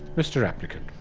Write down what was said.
mr applicant,